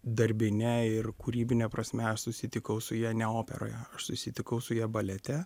darbine ir kūrybine prasme aš susitikau su ja ne operoje aš susitikau su ja balete